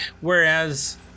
Whereas